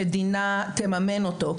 המדינה תממן אותו,